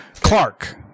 Clark